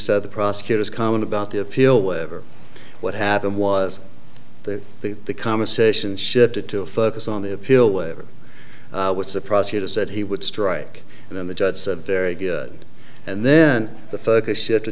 said the prosecutors comment about the appeal whatever what happened was that the conversation shifted to focus on the appeal waiver which the prosecutor said he would strike and then the judge said very good and then the focus shifted to